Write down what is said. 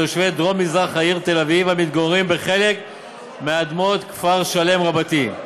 תושבי דרום-מזרח העיר תל-אביב המתגוררים בחלק מאדמות כפר-שלם רבתי.